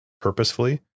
purposefully